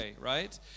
Right